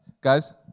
guys